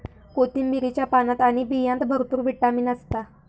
कोथिंबीरीच्या पानात आणि बियांत भरपूर विटामीन असता